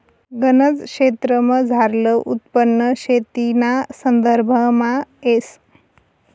गनज क्षेत्रमझारलं उत्पन्न शेतीना संदर्भामा येस